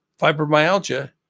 fibromyalgia